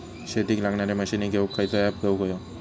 शेतीक लागणारे मशीनी घेवक खयचो ऍप घेवक होयो?